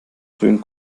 frühen